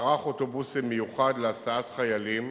מערך אוטובוסים מיוחד להסעת חיילים